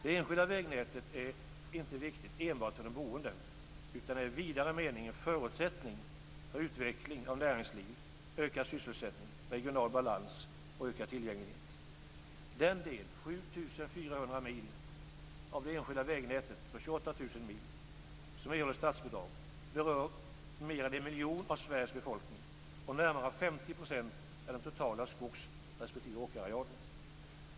Det enskilda vägnätet är inte viktigt enbart för de boende utan är i vidare mening en förutsättning för utveckling av näringslivet, ökad sysselsättning, regional balans och ökad tillgänglighet. 28 000 mil som erhåller statsbidrag berör mer än en miljon av Sveriges befolkning och närmare 50 % av den totala skogs respektive åkerarealen.